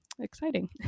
exciting